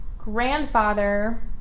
grandfather